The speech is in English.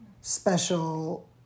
special